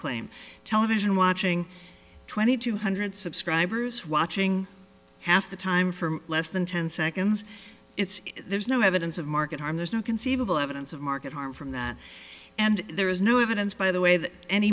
claim television watching twenty two hundred subscribers watching half the time for less than ten seconds it's there's no evidence of market harm there's no conceivable evidence of market harm from that and there is no evidence by the way that any